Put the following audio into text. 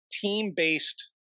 team-based